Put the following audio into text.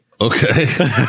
Okay